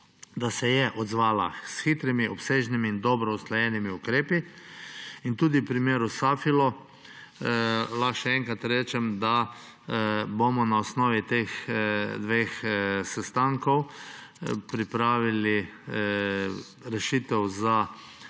posledice odzvala s hitrimi, obsežnimi in dobro usklajenimi ukrepi. Tudi v primeru podjetja Safilo lahko še enkrat rečem, da bomo na osnovi teh dveh sestankov pripravili rešitev za